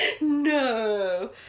No